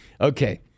okay